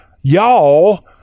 y'all